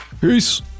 peace